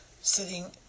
sitting